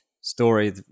story